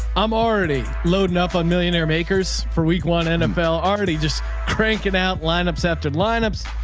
i'm already loading up on millionaire makers for week one nfl already just cranking out lineups after lineups.